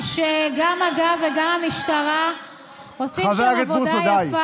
משה ארבל על טעותו, שחלילה לא יטעה